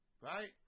Right